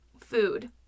Food